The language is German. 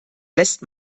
lässt